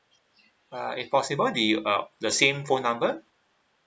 alright possible the uh the same phone number